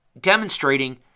demonstrating